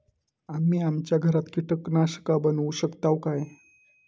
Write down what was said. आम्ही आमच्या घरात कीटकनाशका बनवू शकताव काय?